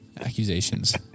Accusations